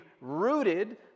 rooted